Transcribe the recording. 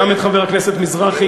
גם את חבר הכנסת מזרחי,